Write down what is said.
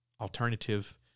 alternative